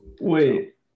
Wait